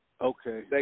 Okay